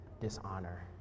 Dishonor